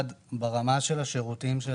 ברמת השירותים,